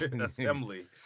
assembly